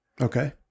okay